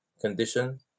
condition